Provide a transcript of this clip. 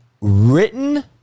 written